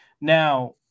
Now